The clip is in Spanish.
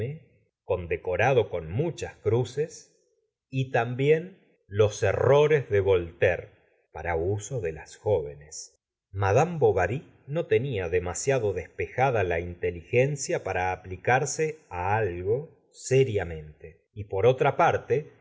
condecorado con muchas cruces y también clos errores de voltaire para uso de las jóvenes madame bovary no tenia dem siado despejada la inteligencia para aplicarse á algo seriamente y por otra parte